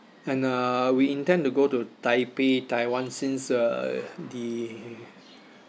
and uh we intend to go to taipei taiwan since uh the